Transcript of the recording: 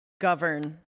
govern